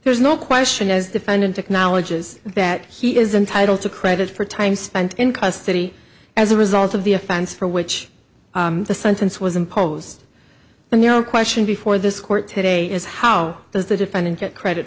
there's no question as defendant acknowledges that he is entitled to credit for time spent in custody as a result of the offense for which the sentence was imposed and no question before this court today is how does the defendant get credit